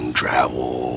travel